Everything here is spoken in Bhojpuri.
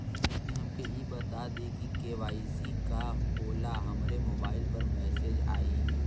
तनि हमके इ बता दीं की के.वाइ.सी का होला हमरे मोबाइल पर मैसेज आई?